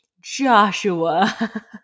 Joshua